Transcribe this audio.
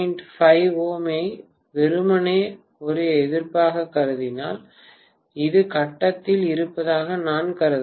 5 Ω ஐ வெறுமனே ஒரு எதிர்ப்பாகக் கருதினால் அது கட்டத்தில் இருப்பதாக நான் கருதலாம்